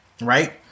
right